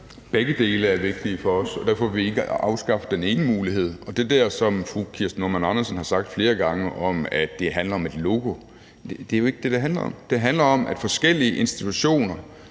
Begge dele er vigtige for os, og derfor vil vi ikke afskaffe den ene mulighed. Og til det der, som fru Kirsten Normann Andersen har sagt flere gange, om, at det handler om et logo: Det er jo ikke det, der handler om. Det handler om, at forskellige institutioner